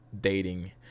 dating